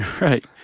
Right